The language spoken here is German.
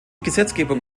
gesetzgebung